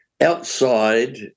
outside